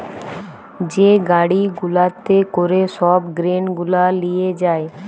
যে গাড়ি গুলাতে করে সব গ্রেন গুলা লিয়ে যায়